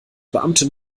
beamte